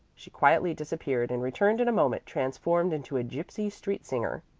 she quietly disappeared and returned in a moment, transformed into a gypsy street singer.